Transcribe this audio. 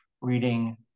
reading